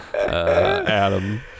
Adam